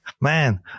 man